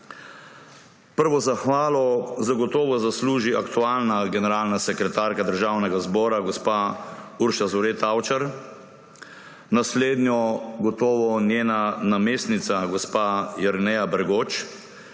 Prvo zahvalo zagotovo zasluži aktualna generalna sekretarka Državnega zbora gospa Urša Zore Tavčar. Naslednjo gotovo njena namestnica gospa Jerneja Bergoč,